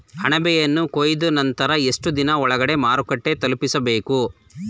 ಅಣಬೆಯನ್ನು ಕೊಯ್ದ ನಂತರ ಎಷ್ಟುದಿನದ ಒಳಗಡೆ ಮಾರುಕಟ್ಟೆ ತಲುಪಿಸಬೇಕು?